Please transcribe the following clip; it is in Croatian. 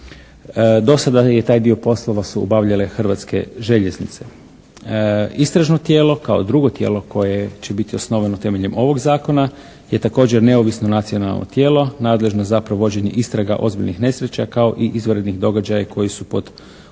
Do sada je taj dio poslova su obavljale Hrvatske željeznice. Istražno tijelo kao drugo tijelo koje će biti osnovano temeljem ovog zakona je također neovisno nacionalno tijelo nadležno za provođenje istraga ozbiljnih nesreća kao i izvanrednih događaja koji su pod određenim